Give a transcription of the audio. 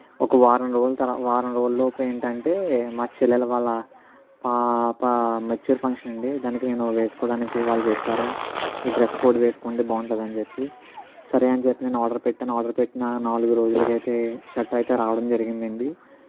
ఒక వారం రోజుల తర్వా వారం రోజుల లోపు ఏంటి అంటే మా చెల్లెల వాళ్ళ పాప మెచ్యూర్ ఫంక్షన్ అండి దానికి నేను వేసుకోవడానికి వాళ్ళు చెప్పారు ఈ డ్రెస్ కోడ్ వేసుకుంటే బాగుంటుంది అని అని చెప్పి సరే అని చెప్పి నేను ఆర్డర్ పెట్టాను నేను ఆర్డర్ పెట్టిన నాలుగు రోజులకు అయితే షర్ట్ అయితే రావడం జరిగింది అండి